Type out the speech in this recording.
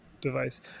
device